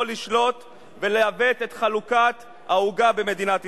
לשלוט ולעוות את חלוקת העוגה במדינת ישראל.